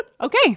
Okay